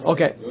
Okay